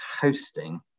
hosting